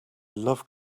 love